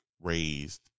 raised